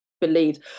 believed